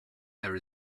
there